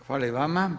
Hvala i vama.